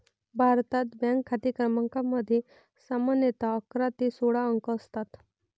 भारतात, बँक खाते क्रमांकामध्ये सामान्यतः अकरा ते सोळा अंक असतात